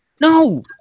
No